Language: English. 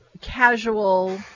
casual